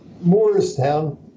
Morristown